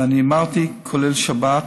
ואני אמרתי, כולל שבת.